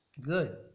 good